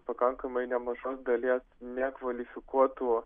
pakankamai nemažos dalies nekvalifikuotų